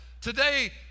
today